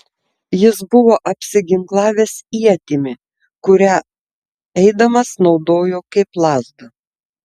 jis buvo apsiginklavęs ietimi kurią eidamas naudojo kaip lazdą